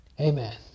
Amen